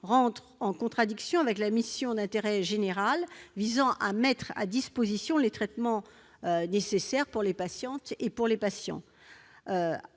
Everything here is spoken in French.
entre en contradiction avec la mission d'intérêt général visant à mettre à disposition les traitements nécessaires aux patients. Il est